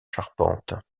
charpente